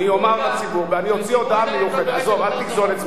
אמרת משהו חמור, תגיד, אמרתי, אני אתן לך.